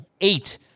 Eight